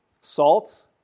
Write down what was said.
Salt